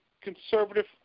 conservative